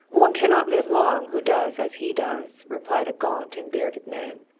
one cannot live long who does as he does, replied a gaunt and bearded man.